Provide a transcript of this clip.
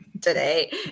today